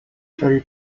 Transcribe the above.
very